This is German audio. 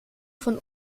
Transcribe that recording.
von